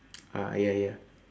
ah ya ya